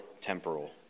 temporal